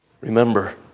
remember